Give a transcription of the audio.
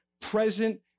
present